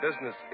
business